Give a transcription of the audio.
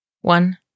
one